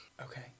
Okay